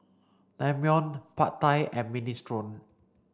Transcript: Naengmyeon Pad Thai and Minestrone